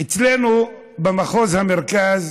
אצלנו במחוז המרכז